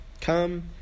Come